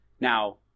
now